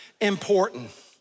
important